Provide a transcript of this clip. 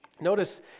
Notice